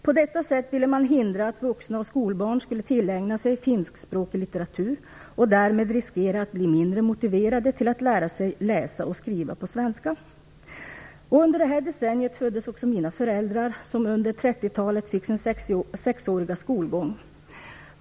På detta sätt ville man hindra att vuxna och skolbarn skulle tillägna sig finskspråkig litteratur och därmed riskera att bli mindre motiverade till att lära sig läsa och skriva på svenska. Under detta decennium föddes mina föräldrar, som under 30-talet fick sin sexåriga skolgång.